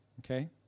okay